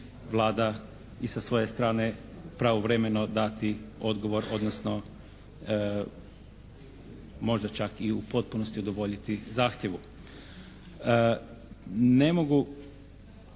Vlada i sa svoje strane pravovremeno dati odgovor odnosno možda čak i u potpunosti udovoljiti zahtjevu. Ne mogu